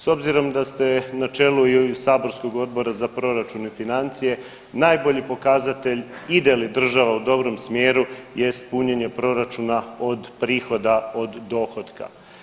S obzirom da ste na čelu i saborskog Odbora za proračun i financije najbolji pokazatelj ide li država u dobrom smjeru jest punjenje proračuna od prihoda, od dohotka.